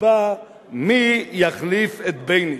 תקבע מי יחליף את בייניש".